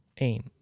AIM